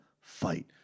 fight